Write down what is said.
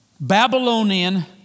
Babylonian